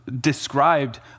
described